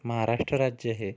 महाराष्ट्र राज्य हे